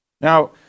Now